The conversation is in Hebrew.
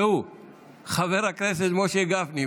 חבר הכנסת משה גפני.